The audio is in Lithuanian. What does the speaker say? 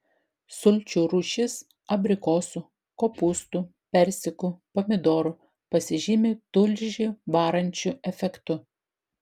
sulčių rūšis abrikosų kopūstų persikų pomidorų pasižymi tulžį varančiu efektu